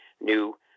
new